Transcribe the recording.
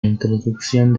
introducción